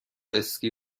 اسکی